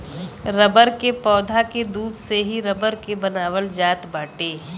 rubber के पौधा के दूध से ही रबर के बनावल जात बाटे